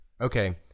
Okay